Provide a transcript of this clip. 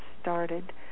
started